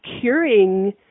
curing